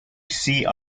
sea